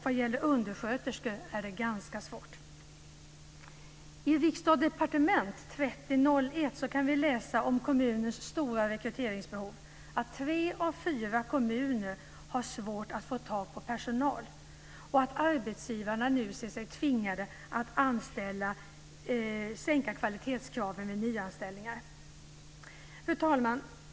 Vad gäller undersköterskor är det ganska svårt. kan vi läsa om kommuners stora rekryteringsbehov. Tre av fyra kommuner har svårt att få tag på personal. Arbetsgivarna ser sig nu tvingade att sänka kvalitetskraven vid nyanställningar. Fru talman!